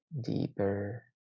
deeper